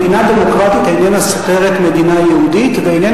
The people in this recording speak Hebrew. מדינה דמוקרטית איננה סותרת מדינה יהודית ואיננה